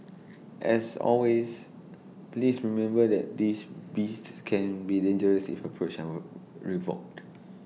as always please remember that these beasts can be dangerous if approached our revolved